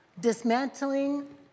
Dismantling